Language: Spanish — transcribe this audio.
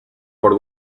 por